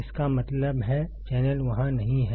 इसका मतलब है चैनल वहाँ नहीं है